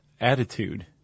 attitude